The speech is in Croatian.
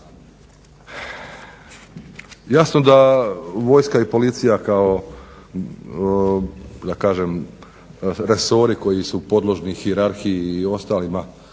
Jasno da vojska i policija kao da kažem, resori koji su podložni hijerarhiji i ostalima